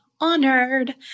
honored